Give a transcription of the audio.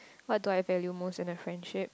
what do I value most in a friendship